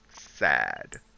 Sad